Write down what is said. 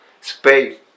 space